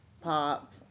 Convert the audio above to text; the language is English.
pop